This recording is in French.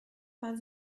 pas